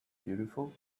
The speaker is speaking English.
beautiful